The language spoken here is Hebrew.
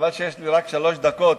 חבל שיש לי רק שלוש דקות,